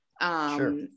Sure